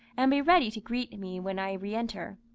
and be ready to greet me when i re-enter.